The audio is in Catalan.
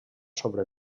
sobre